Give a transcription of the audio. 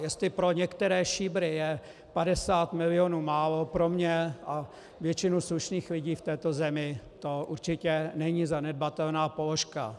Jestli pro některé šíbry je 50 milionů málo, pro mě a většinu slušných lidí v této zemi to určitě není zanedbatelná položka.